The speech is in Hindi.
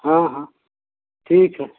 हाँ हाँ ठीक है